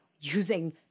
using